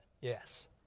yes